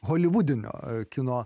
holivudinio kino